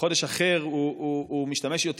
בחודש אחר הוא משתמש יותר.